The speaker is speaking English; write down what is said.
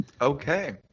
Okay